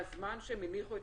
מהזמן שהם פרסמו את